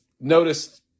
noticed